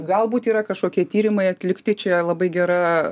galbūt yra kažkokie tyrimai atlikti čia labai gera